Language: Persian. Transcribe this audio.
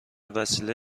وسیله